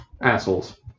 Assholes